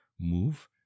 move